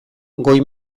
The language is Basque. goi